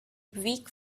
weak